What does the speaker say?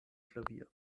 klavier